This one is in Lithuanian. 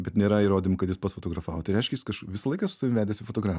bet nėra įrodymų kad jis pats fotografavo tai reiškia jis kaž visą laiką su savim vedėsi fotografą